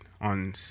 On